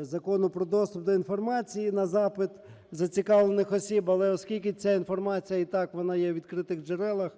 Закону про доступ до інформації на запит зацікавлених осіб. Але оскільки ця інформація, і так вона є у відкритих джерелах,